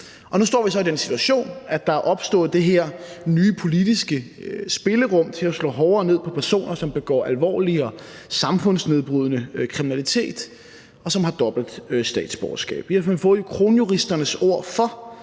Nu står vi så i den situation, at der er opstået det her nye politiske spillerum til at slå hårdere ned på personer, som begår alvorlig og samfundsnedbrydende kriminalitet, og som har dobbelt statsborgerskab. Vi har fået kronjuristernes ord for,